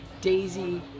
Daisy